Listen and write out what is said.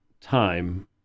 time